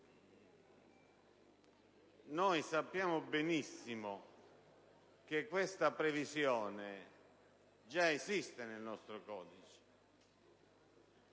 Noi sappiamo benissimo che questa previsione già esisteva nel nostro codice: